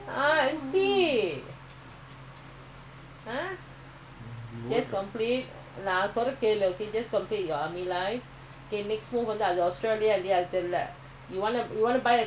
car istallments கட்டணும்ல:kattanumla you go to australia then who pay ah but same price never work